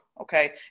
Okay